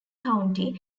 county